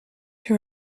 her